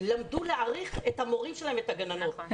למדו להעריך את המורים שלהם ואת הגננות.